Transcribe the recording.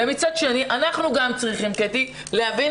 מצד שני, אנחנו צריכים, קטי, להבין